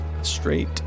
Straight